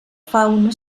fauna